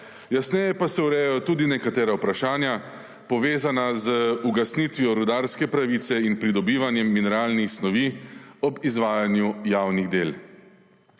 jasneje pa se urejajo tudi nekatera vprašanja povezana z ugasnitvijo rudarske pravice in pridobivanjem mineralnih snovi ob izvajanju javnih del.